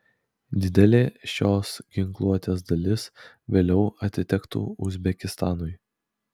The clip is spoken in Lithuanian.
didelė šios ginkluotės dalis vėliau atitektų uzbekistanui